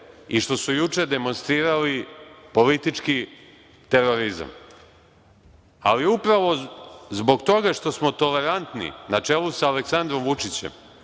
i što su juče demonstrirali – politički terorizam. Ali upravo zbog toga što smo tolerantni, na čelu sa Aleksandrom Vučićem,